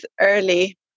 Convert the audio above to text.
early